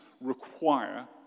require